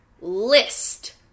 list